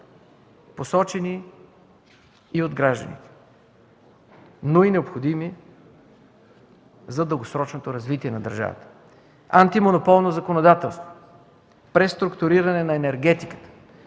посочени и от гражданите, но и необходими за дългосрочното развитие на държавата: антимонополно законодателство, преструктуриране на енергетиката,